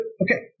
okay